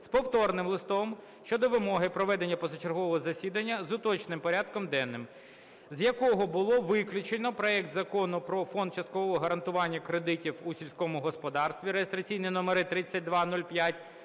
з повторним листом щодо вимоги проведення позачергового засідання з уточненим порядком денним, з якого було виключено проект Закону про Фонд часткового гарантування кредитів у сільському господарстві (реєстраційні номери 3205,